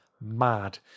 mad